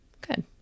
Good